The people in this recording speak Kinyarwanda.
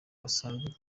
basanzwe